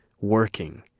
working